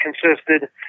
consisted –